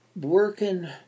Working